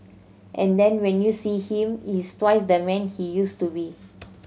and then when you see him he is twice the man he used to be